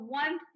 one